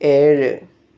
ഏഴ്